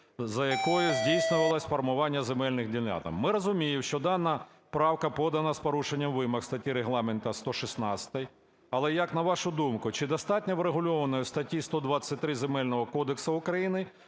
за якою здійснювалось формування земельних ділянок. Ми розуміємо, що дана правка подана з порушенням вимог статті Регламенту 116. Але, як на вашу думку, чи достатньо врегульований в статті 123 Земельного кодексу України